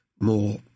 more